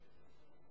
נכון.